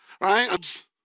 right